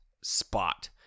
spot